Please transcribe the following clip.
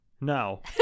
No